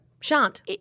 shan't